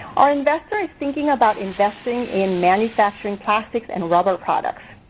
our investor is thinking about investing in manufacturing plastic and rubber products.